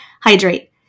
Hydrate